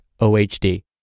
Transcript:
OHD